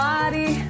Body